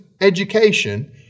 education